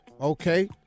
Okay